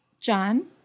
John